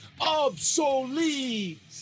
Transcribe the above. obsolete